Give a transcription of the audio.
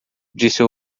disse